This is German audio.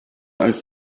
als